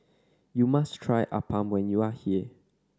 you must try appam when you are here